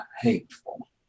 hateful